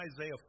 Isaiah